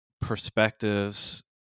perspectives